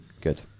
Good